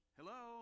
Hello